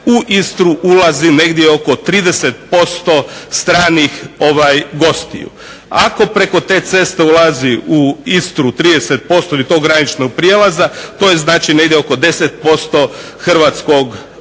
u Istri ulazi negdje oko 30% stranih gostiju. Ako preko te ceste ulazi u Istru 30% ili tog graničnog prijelaza to je znači negdje oko 10% hrvatskih gostiju,